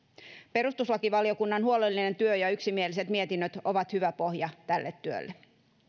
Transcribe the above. perustuslakivaliokunnan huolellinen työ ja yksimieliset mietinnöt ovat hyvä pohja tälle työlle